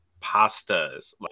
pastas